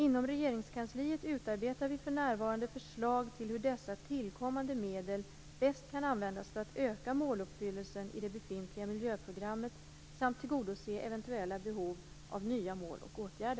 Inom Regeringskansliet utarbetar vi för närvarande förslag till hur dessa tillkommande medel bäst kan användas för att öka måluppfyllelsen i det befintliga miljöprogrammet samt tillgodose eventuella behov av nya mål och åtgärder.